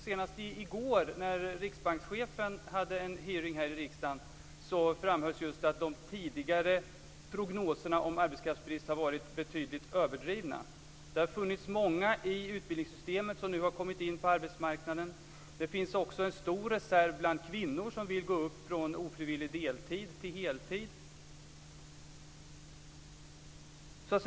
Senast i går, när riksbankschefen var med på en hearing här i riksdagen, framhölls just att de tidigare prognoserna om arbetskraftsbrist har varit betydligt överdrivna. Det har funnits många i utbildningssystemet som nu har kommit in på arbetsmarknaden. Det finns också en stor reserv bland kvinnor som vill gå upp från ofrivillig deltid till heltid.